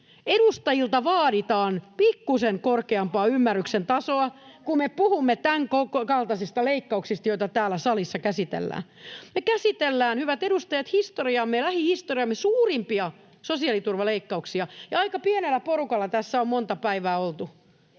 edustajilta vaaditaan pikkuisen korkeampaa ymmärryksen tasoa, [Aino-Kaisa Pekonen: Siis todellakin!] kun me puhumme tämänkaltaisista leikkauksista, joita täällä salissa käsitellään. Me käsitellään, hyvät edustajat, lähihistoriamme suurimpia sosiaaliturvaleikkauksia, ja aika pienellä porukalla tässä on monta päivää oltu.